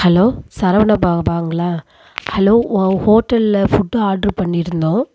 hello Saravana ப பவனுங்களா hello உங்க ஹோட்டல்ல ஃபுட் ஆடரு பண்ணியிருந்தோம்